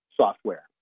software